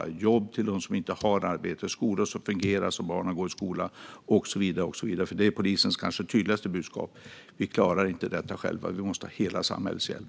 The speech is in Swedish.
Det gäller jobb till dem som inte har arbete, skolor som fungerar så att barnen går i skolan och så vidare. Det här är polisens kanske tydligaste budskap: Vi klarar inte detta själva, utan vi måste ha hela samhällets hjälp.